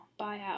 buyout